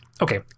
Okay